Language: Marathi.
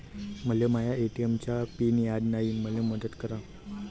मले माया ए.टी.एम चा पिन याद नायी, मले मदत करा